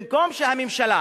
במקום שהממשלה